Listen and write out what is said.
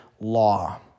Law